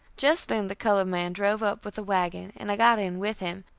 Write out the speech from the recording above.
just then the colored man drove up with the wagon, and i got in with him,